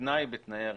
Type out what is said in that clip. כתנאי בתנאי הרישיון.